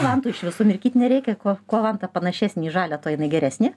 vantų iš viso mirkyt nereikia kuo kuo vanta panašesnė į žalią tuo jinai geresnė